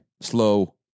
slow